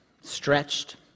stretched